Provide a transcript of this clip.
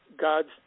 God's